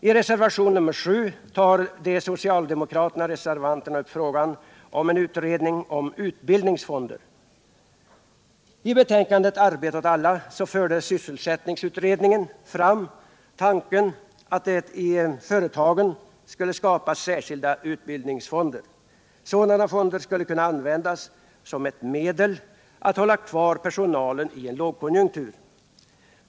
I reservationen 7 tar de socialdemokratiska reservanterna upp frågan om en utredning om utbildningsfonder. I betänkandet Arbete åt alla förde sysselsättningsutredningen fram tanken att det i företagen skulle skapas särskilda utbildningsfonder. Sådana fonder skulle kunna användas som ett medel att hålla kvar personalen i en lågkonjunktur.